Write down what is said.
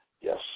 yes